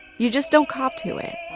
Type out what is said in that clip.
you just don't cop to it.